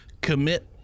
commit